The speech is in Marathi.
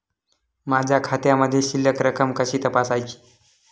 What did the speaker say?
माझ्या खात्यामधील शिल्लक रक्कम कशी तपासायची?